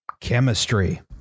Chemistry